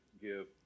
give